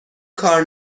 کار